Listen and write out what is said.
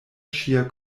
ŝia